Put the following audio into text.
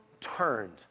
turned